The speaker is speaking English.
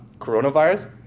coronavirus